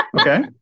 Okay